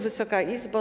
Wysoka Izbo!